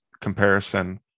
comparison